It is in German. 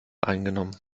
eingenommen